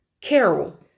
Carol